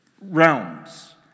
realms